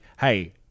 hey